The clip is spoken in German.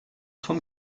vom